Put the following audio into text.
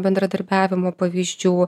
bendradarbiavimo pavyzdžių